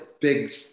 big